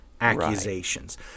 accusations